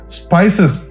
spices